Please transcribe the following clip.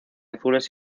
azules